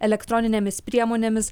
elektroninėmis priemonėmis